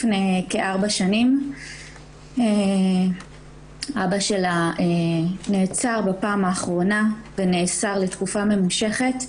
לפני כארבע שנים אבא שלה נעצר בפעם האחרונה ונאסר לתקופה ממושכת,